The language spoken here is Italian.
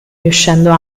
riuscendo